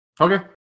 Okay